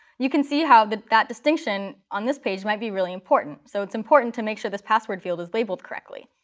you can see how that that distinction on this page might be really important. so it's important to make sure this password field is labeled correctly.